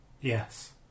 Yes